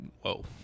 Whoa